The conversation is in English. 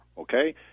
okay